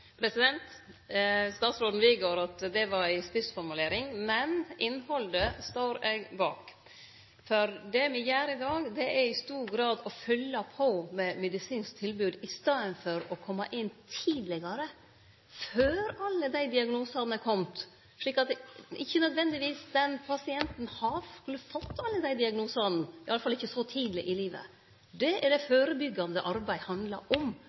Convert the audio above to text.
at det var ei spissformulering, men innhaldet står eg bak. For det me gjer i dag, er i stor grad å fylle på med medisinsk tilbod i staden for å kome inn tidlegare, før ein har fått alle diagnosane, slik at pasienten ikkje nødvendigvis skulle fått alle dei diagnosane, iallfall ikkje så tidleg i livet. Det er det førebyggjande arbeid handlar om,